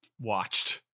watched